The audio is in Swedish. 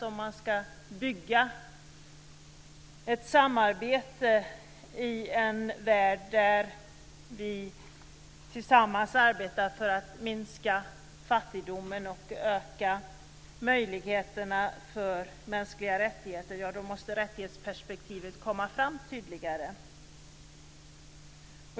Om man ska bygga ett samarbete i en värld där vi tillsammans arbetar för att minska fattigdomen och öka möjligheterna för mänskliga rättigheter så måste rättighetsperspektivet komma fram tydligare.